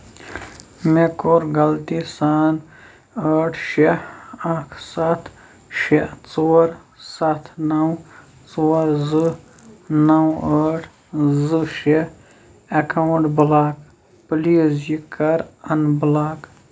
مےٚ کوٚر غلطی سان ٲٹھ شیٚے اکھ سَتھ شیٚے ژور سَتھ نو ژور زٕ نو ٲٹھ زٕ شیٚے اکاونٹ بلاک پلیز یہِ کَر انبُلاک